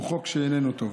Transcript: הוא חוק שאיננו טוב.